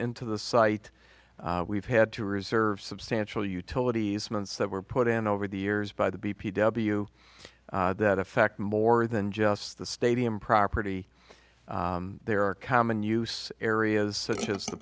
into the site we've had to reserve substantial utilities months that were put in over the years by the b p w that affect more than just the stadium property there are common use areas such as the